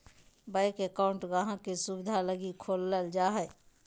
bank account गाहक़ के सुविधा लगी खोलल जा हय